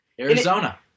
Arizona